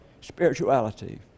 Spirituality